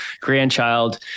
grandchild